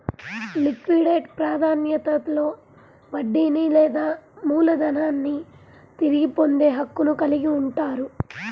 liquidate ప్రాధాన్యతలో వడ్డీని లేదా మూలధనాన్ని తిరిగి పొందే హక్కును కలిగి ఉంటారు